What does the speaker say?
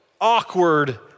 awkward